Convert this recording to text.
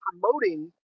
promoting